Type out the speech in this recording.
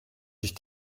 sich